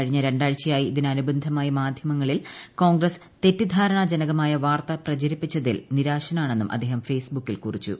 കഴിഞ്ഞ രണ്ടാഴ്ചയായി ഇതിന്ന് അനുബന്ധമായി മാധ്യമങ്ങളിൽ കോൺഗ്രസ് തെറ്റിദ്ധാരണ്ട്ജനകമായ വാർത്ത പ്രചരിപ്പിച്ചതിൽ നിരാശനാണെന്നും അദ്ദേഹം ഫെയ്സ്ബുക്കിൽ കുറിച്ചു